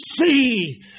see